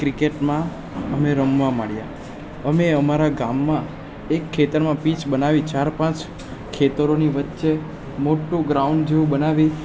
ક્રિકેટમાં અમે રમવા માંડ્યા અમે અમારા ગામમાં એક ખેતરમાં પીચ બનાવી ચાર પાંચ ખેતરોની વચ્ચે મોટું ગ્રાઉન્ડ જેવું બનાવી